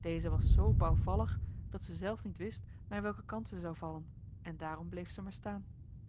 deze was zoo bouwvallig dat zij zelf niet wist naar welken kant zij zou vallen en daarom bleef zij maar staan